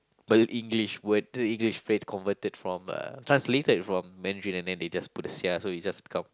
what English word the English phase converted from uh translated from Mandarin and then they just put the sia so it's just become